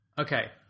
Okay